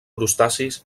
crustacis